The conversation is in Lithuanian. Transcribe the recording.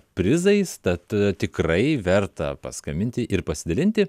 prizais tad tikrai verta paskambinti ir pasidalinti